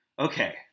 Okay